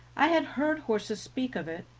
i had heard horses speak of it,